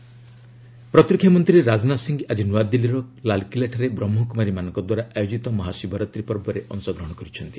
ରାଜନାଥ ଶିବରାତ୍ରି ପ୍ରତିରକ୍ଷା ମନ୍ତ୍ରୀ ରାଜନାଥ ସିଂହ ଆଜି ନୂଆଦିଲ୍ଲୀର ଲାଲକିଲ୍ଲାଠାରେ ବ୍ରହ୍ମକୁମାରୀ ମାନଙ୍କ ଦ୍ୱାରା ଆୟୋଜିତ ମହାଶିବରାତ୍ରି ପର୍ବରେ ଅଂଶଗ୍ରହଣ କରିଛନ୍ତି